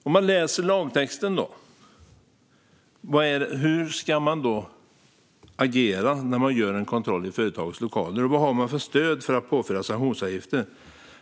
Hur ska man då enligt lagtexten agera när man gör en kontroll i ett företags lokaler? Vad har man för stöd för att påföra sanktionsavgifter?